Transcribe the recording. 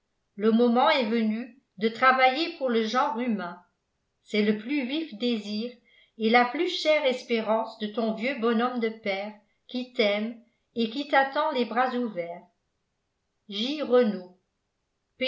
le moment est venu de travailler pour le genre humain c'est le plus vif désir et la plus chère espérance de ton vieux bonhomme de père qui t'aime et qui t'attend les bras ouverts j renault